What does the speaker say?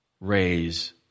Raise